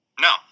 No